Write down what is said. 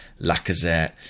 Lacazette